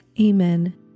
Amen